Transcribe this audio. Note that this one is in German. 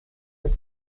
mir